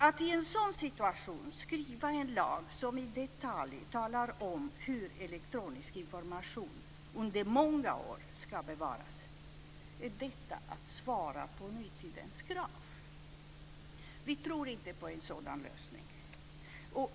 Att i en sådan situation skriva en lag som i detalj talar om hur elektronisk information under många år ska bevaras - är det att svara på nutidens krav? Vi tror inte på en sådan lösning.